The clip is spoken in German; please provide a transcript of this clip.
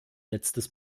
letztes